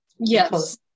yes